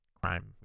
Crime